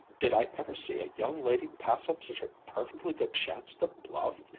did i ever see a young lady pass up such a perfectly good chance to bluff!